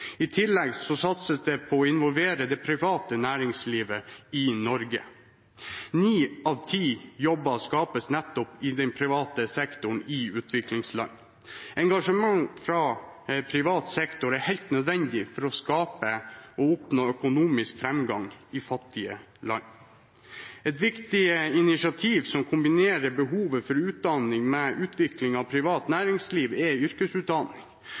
I tillegg satses det på å involvere det private næringslivet i Norge. Ni av ti jobber skapes nettopp i den private sektoren i utviklingsland. Engasjement fra privat sektor er helt nødvendig for å skape og oppnå økonomisk framgang i fattige land. Et viktig initiativ som kombinerer behovet for utdanning med utvikling av privat næringsliv, er yrkesutdanning